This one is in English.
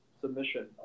submission